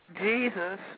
Jesus